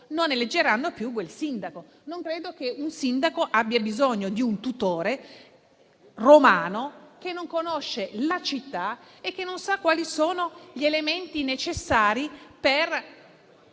Non credo che un sindaco abbia bisogno di un tutore romano che non conosce la città e che non sa quali sono gli elementi necessari per